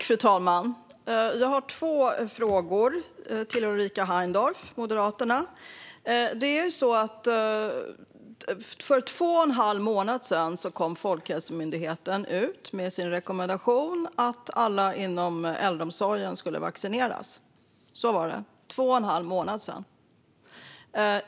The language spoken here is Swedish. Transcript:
Fru talman! Jag har två frågor till Ulrika Heindorff från Moderaterna. Det är ju så att det är två och en halv månad sedan som Folkhälsomyndigheten kom med sin rekommendation att alla inom äldreomsorgen skulle vaccineras. Det är två och en halv månad sedan.